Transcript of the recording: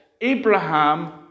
Abraham